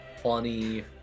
funny